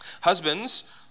Husbands